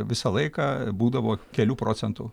visą laiką būdavo kelių procentų